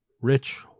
Rich